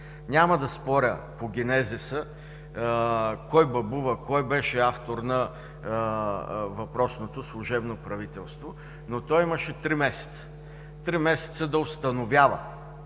Няма да споря по генезиса кой бабува, кой беше авторът на въпросното служебно правителство. То обаче имаше три месеца да установява,